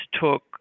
took